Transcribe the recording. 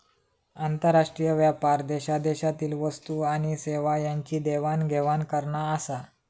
आंतरराष्ट्रीय व्यापार देशादेशातील वस्तू आणि सेवा यांची देवाण घेवाण करना आसा